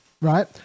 Right